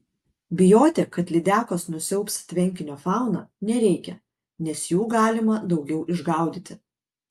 bijoti kad lydekos nusiaubs tvenkinio fauną nereikia nes jų galima daugiau išgaudyti